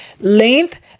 Length